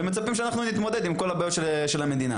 ומצפים שאנחנו נתמודד עם כל הבעיות של המדינה.